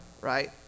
right